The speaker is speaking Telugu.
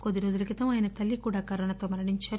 కొద్దిరోజుల క్రితం ఆయన తల్లి కూడా కోవిడ్ తో మరణించారు